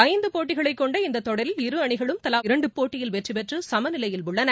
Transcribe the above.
ஐந்து போட்டிகளைக் கொண்ட இந்த தொடரில் இரு அணிகளும் தலா இரண்டு போட்டியில் வெற்றிபெற்று சம நிலையில் உள்ளன